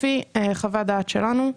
לפי חוות הדעת שלנו,